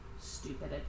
stupid